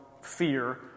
fear